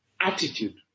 attitude